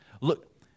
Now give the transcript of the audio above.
Look